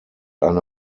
eine